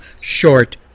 short